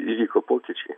įvyko pokyčiai